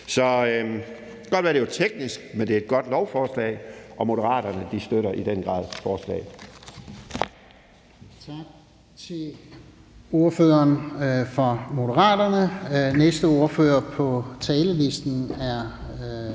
kan godt være, det er teknisk, men det er et godt lovforslag, og Moderaterne støtter i den grad forslaget.